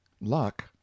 luck